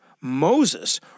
Moses